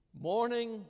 Morning